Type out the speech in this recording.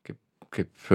kaip kaip